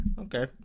Okay